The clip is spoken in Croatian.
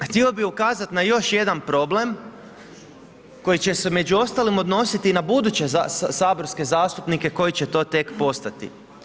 Htio bih ukazati na još jedan problem koji će se među ostalim odnositi i na buduće saborske zastupnike koji će to tek postati.